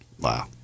wow